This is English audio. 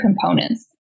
components